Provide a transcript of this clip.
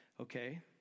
okay